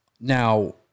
now